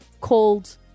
called